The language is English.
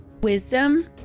Wisdom